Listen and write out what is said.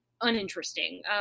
uninteresting